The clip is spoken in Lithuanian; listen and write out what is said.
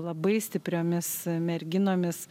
labai stipriomis merginomis